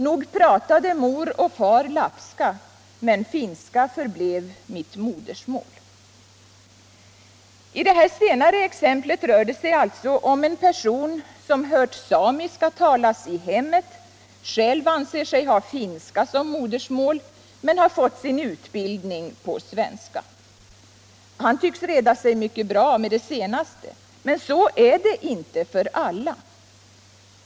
Nog pratade mor och far lapska, men finska förblev mitt modersmål.” I det senare exemplet rör det sig alltså om en person som hört samiska talas i hemmet, som själv anser sig ha finska som modersmål men som fått sin skolutbildning på svenska. Han tycks reda sig bra med det senaste språket, men så är det inte för alla.